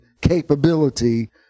capability